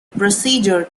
procedure